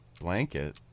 Blanket